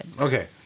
Okay